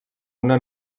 una